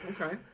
Okay